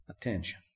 attention